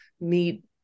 meet